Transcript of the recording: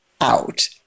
out